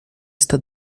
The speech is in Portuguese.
está